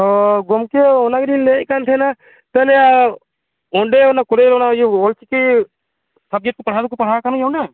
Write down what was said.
ᱚ ᱜᱚᱢᱠᱮ ᱚᱱᱟ ᱜᱮᱞᱤᱧ ᱞᱟᱹᱭᱮᱫ ᱛᱟᱦᱮᱱᱟ ᱛᱟᱦᱚᱞᱮ ᱚᱸᱰᱮ ᱚᱱᱟ ᱠᱚᱞᱮᱡᱽᱨᱮ ᱤᱭᱟᱹ ᱚᱱᱟ ᱚᱞ ᱪᱤᱠᱤ ᱥᱟᱵᱡᱮᱴ ᱠᱚ ᱯᱟᱲᱦᱟᱣ ᱫᱚᱠᱚ ᱯᱟᱲᱦᱟᱣ ᱠᱟᱱᱵᱚᱱᱟ